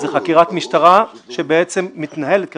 זו חקירת משטרה שמתנהלת כרגע,